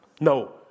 No